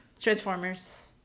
Transformers